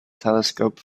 telescope